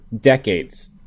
decades